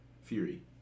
Fury